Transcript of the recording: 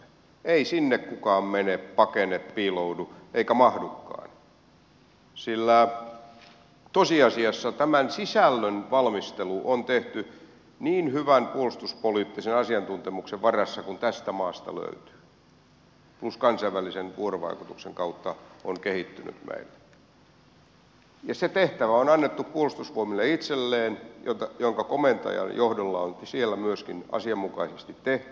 ei sinne kukaan mene pakene piiloudu eikä mahdukaan sillä tosiasiassa tämän sisällön valmistelu on tehty niin hyvän puolustuspoliittisen asiantuntemuksen varassa kuin tästä maasta löytyy plus kansainvälisen vuorovaikutuksen kautta on kehittynyt meille ja se tehtävä on annettu puolustusvoimille itselleen jonka komentajan johdolla on se siellä myöskin asianmukaisesti tehty